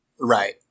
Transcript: Right